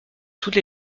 toutes